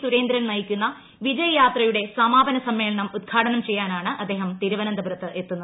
സുരേന്ദ്രൻ നയിക്കുന്ന വിജയ യാത്രയുടെ സമാപന സമ്മേളനം ഉദ്ഘാടനം ചെയ്യാനാണ് അദ്ദേഹം തിരുവനന്തപുരത്തെത്തുന്നത്